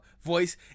voice